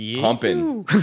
Pumping